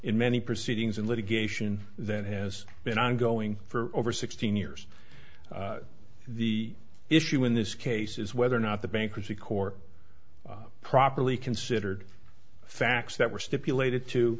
in many proceedings and litigation that has been ongoing for over sixteen years the issue in this case is whether or not the bankruptcy court properly considered facts that were stipulated to